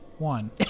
one